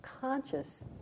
conscious